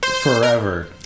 Forever